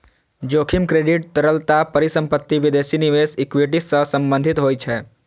जोखिम क्रेडिट, तरलता, परिसंपत्ति, विदेशी निवेश, इक्विटी सं संबंधित होइ छै